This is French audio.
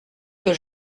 que